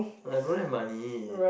I don't have money